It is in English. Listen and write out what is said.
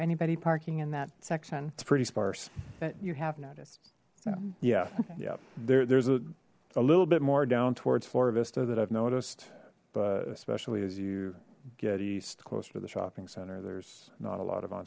anybody parking in that section it's pretty sparse you have noticed yeah yeah there's a little bit more down towards floor vista that i've noticed but especially as you get east closer to the shopping center there's not a lot of on